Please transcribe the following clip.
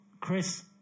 Chris